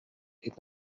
est